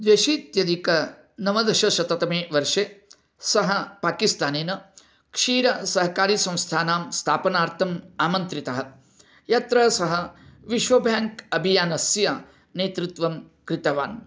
द्व्यशीत्यधिकनवदशशततमे वर्षे सः पाकिस्तानेन क्षीरसहकारीसंस्थानां स्थापनार्थम् आमन्त्रितः यत्र सः विश्वबेङ्क् अभियानस्य नेतृत्वं कृतवान्